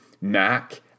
Mac